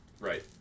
right